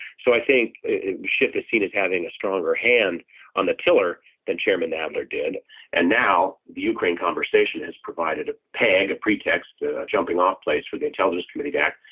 so i think schiff is seen as having a stronger hand on the tiller than chairman adler did and now the ukraine conversation has provided a pair and a pretext jumping off place for the intelligence committee to act.